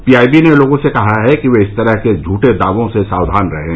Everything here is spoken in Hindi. पीआईबी ने लोगों से कहा है कि वे इस तरह के झूठे दावों से सावधान रहें